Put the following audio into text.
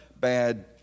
bad